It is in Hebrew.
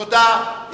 תודה.